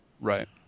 Right